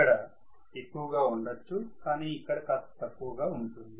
ఇక్కడ ఎక్కువగా ఉండొచ్చు కానీ ఇక్కడ కాస్త తక్కువ గా ఉంటుంది